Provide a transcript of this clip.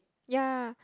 ya